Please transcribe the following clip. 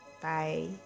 Bye